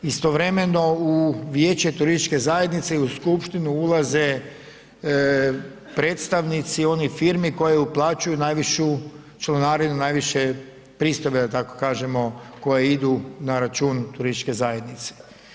Istovremeno u vijeće turističke zajednice i u skupštinu ulaze predstavnici onih firmi koje uplaćuju najvišu članarinu, najviše pristojbe da tako kažemo koje idu na račun turističke zajednice.